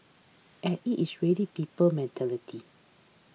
and it is really people's mentality